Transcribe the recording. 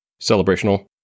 celebrational